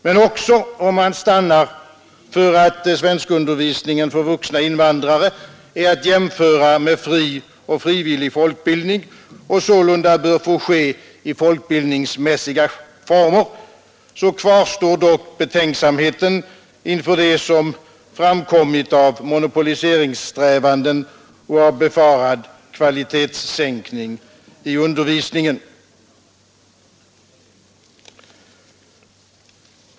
Men också om man stannat för att svenskundervisningen för vuxna invandrare är att jämföra med fri och frivillig fortbildning och sålunda bör få ske i fortbildningsmässiga former kvarstår betänksamheten inför det som framkommit av monopoliseringssträvanden och av befarad kvalitetssänkning i undervisningen.